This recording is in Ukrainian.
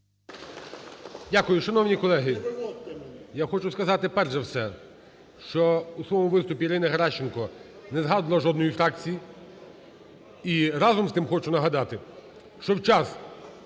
Дякую. Шановні колеги, я хочу сказати, перш за все, що у своєму виступі Ірина Геращенко не згадувала жодної фракції і, разом з тим, хочу нагадати, що в час,